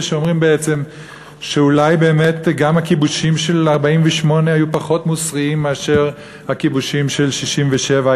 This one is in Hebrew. שאומרים שאולי גם הכיבושים של 1948 היו פחות מוסריים מאשר הכיבושים של 1967,